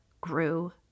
grew